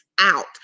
out